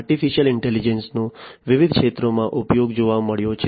artificial intelligence નો વિવિધ ક્ષેત્રોમાં ઉપયોગ જોવા મળ્યો છે